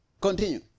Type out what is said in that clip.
Continue